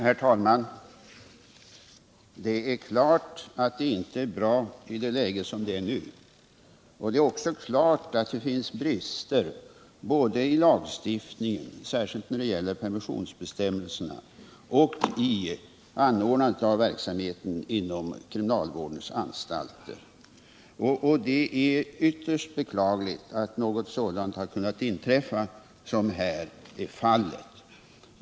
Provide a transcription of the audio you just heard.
Herr talman! Det är klart att det nuvarande läget inte är bra, och det är också klart att det finns brister både i lagstiftningen, särskilt när det gäller permissionsbestämmelserna, och beträffande anordnandet av verksamheten inom kriminalvårdens anstalter. Det är ytterst beklagligt att det som här har inträffat kunnat hända.